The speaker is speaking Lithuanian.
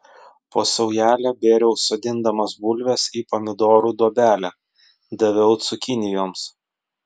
po saujelę bėriau sodindamas bulves į pomidorų duobelę daviau cukinijoms